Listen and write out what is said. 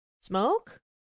Smoke